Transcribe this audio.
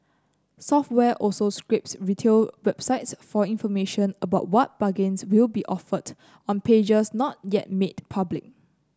software also scrapes retail websites for information about what bargains will be offered on pages not yet made public